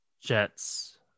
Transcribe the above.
Jets